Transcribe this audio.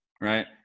right